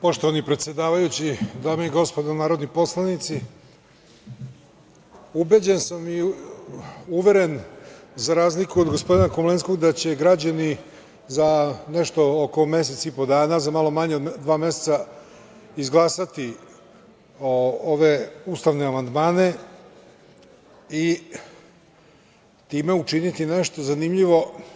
Poštovani predsedavajući, dame i gospodo narodni poslanici, ubeđen sam i uveren za razliku od gospodina Komlenskog da će građani za nešto oko mesec i po dana, za malo manje od dva meseca, izglasati ove ustane amandmane i time učiniti nešto zanimljivo.